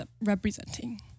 representing